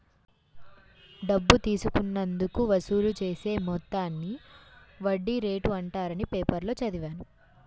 డబ్బు తీసుకున్నందుకు వసూలు చేసే మొత్తాన్ని వడ్డీ రేటు అంటారని పేపర్లో చదివాను